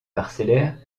parcellaire